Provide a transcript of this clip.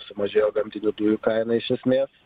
sumažėjo gamtinių dujų kaina iš esmės